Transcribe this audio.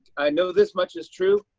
i know this much is true,